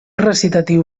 recitatiu